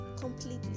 completely